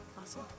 awesome